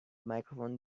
microphone